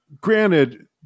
granted